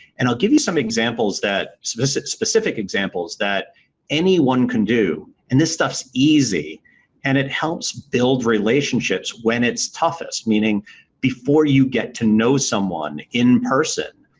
and i'll give you some examples that, specific specific examples that anyone can do and this stuff's easy and it helps build relationships when it's toughest meaning before you get to know someone in person.